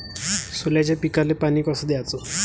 सोल्याच्या पिकाले पानी कस द्याचं?